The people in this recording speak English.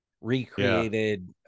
recreated